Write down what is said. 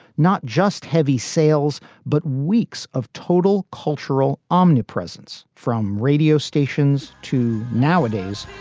not just heavy sales, but weeks of total cultural omnipresence from radio stations to nowadays,